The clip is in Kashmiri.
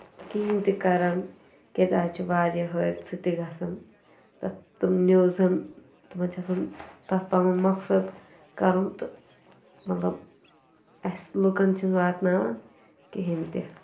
کِہیٖنۍ تہِ کَرَان کیٛازِ آز چھِ واریاہ حٲدسہٕ تہِ گَژھَان تَتھ تِم نِوزَن تِمَن چھِ آسَان تَتھ پَنُن مقصَد کَرُن تہٕ مطلب اَسہِ لُکَن چھِنہٕ واتناوَان کِہیٖنۍ تہِ